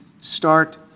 start